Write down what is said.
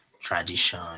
tradition